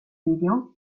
videon